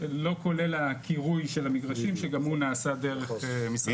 זה לא כולל הקירוי של המגרשים שגם הוא נעשה דרך משרד התרבות.